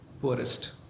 poorest